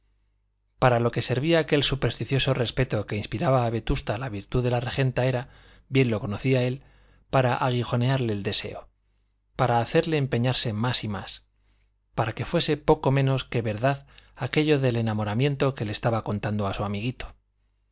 para lo que servía aquel supersticioso respeto que inspiraba a vetusta la virtud de la regenta era bien lo conocía él para aguijonearle el deseo para hacerle empeñarse más y más para que fuese poco menos que verdad aquello del enamoramiento que le estaba contando a su amiguito